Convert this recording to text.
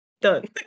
Done